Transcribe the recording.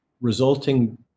resulting